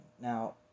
Now